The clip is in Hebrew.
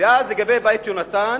ואז, לגבי "בית יהונתן",